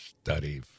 study